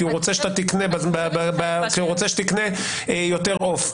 כי הוא רוצה שתקנה יותר עוף.